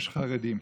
יש חרדים.